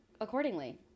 accordingly